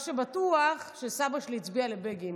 מה שבטוח הוא שסבא שלי הצביע לבגין.